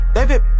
David